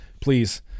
Please